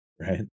Right